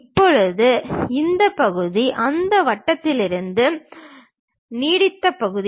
இப்போது இந்த பகுதி அந்த வட்டத்திலிருந்து நீடித்த பகுதி